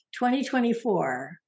2024